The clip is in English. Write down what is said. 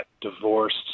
divorced